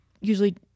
usually